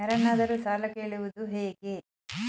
ಯಾರನ್ನಾದರೂ ಸಾಲ ಕೇಳುವುದು ಹೇಗೆ?